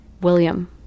William